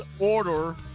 Order